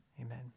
Amen